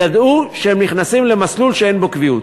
ידעו שהם נכנסים למסלול שאין בו קביעות.